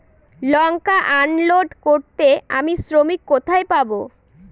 লঙ্কা unload করতে আমি শ্রমিক কোথায় পাবো?